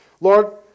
Lord